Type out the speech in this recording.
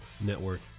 Network